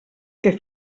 que